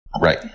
Right